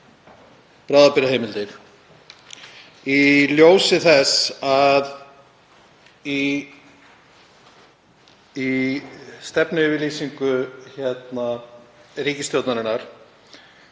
bráðabirgðaheimildir í ljósi þess að í stefnuyfirlýsingu ríkisstjórnarinnar